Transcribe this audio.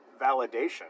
validation